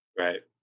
Right